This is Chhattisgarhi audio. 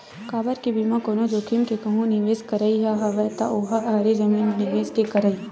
काबर के बिना कोनो जोखिम के कहूँ निवेस करई ह हवय ता ओहा हरे जमीन म निवेस के करई